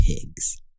pigs